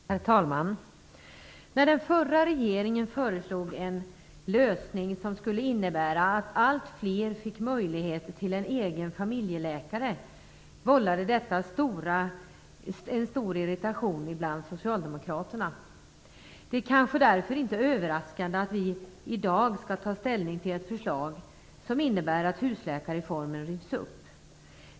Herr talman! När det förra regeringen föreslog en lösning som skulle innebära att allt fler fick möjlighet till en egen familjeläkare vållade detta stor irritation bland socialdemokraterna. Det är kanske därför inte överraskande att vi i dag skall ta ställning till ett förslag som innebär att husläkarreformen rivs upp.